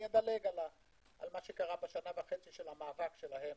אדלג על מה שקרה בשנה וחצי של המאבק שלהם